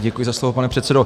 Děkuji za slovo, pane předsedo.